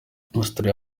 australia